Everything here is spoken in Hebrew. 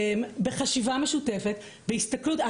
בחשיבה משותפת, בהסתכלות.